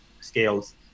scales